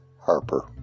Harper